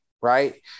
Right